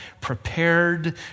prepared